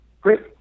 great